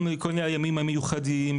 כל הימים המיוחדים,